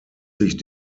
sich